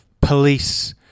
police